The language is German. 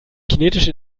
kinetische